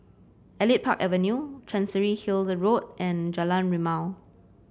Elite Park Avenue Chancery Hill Road and Jalan Rimau